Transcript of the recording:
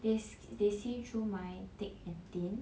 they they see through my thick and thin